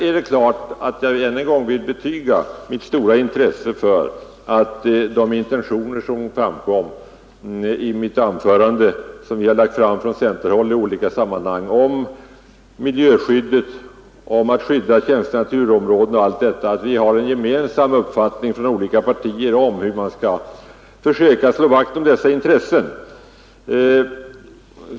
Sedan vill jag än en gång understryka mitt stora intresse för de intentioner som vi från centern i olika sammanhang har fört fram om skydd för känsliga naturområden m.m. och för att de olika partierna bör ha en gemensam uppfattning om hur man skall försöka slå vakt om sådana områden.